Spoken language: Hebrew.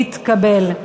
התקבל.